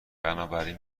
بنابراین